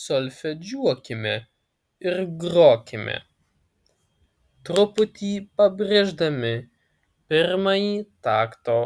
solfedžiuokime ir grokime truputį pabrėždami pirmąjį takto